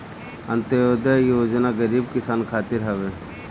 अन्त्योदय योजना गरीब किसान खातिर हवे